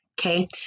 okay